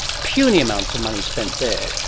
puny amounts of money spent there.